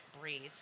breathe